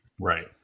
Right